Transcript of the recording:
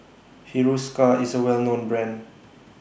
Hiruscar IS A Well known Brand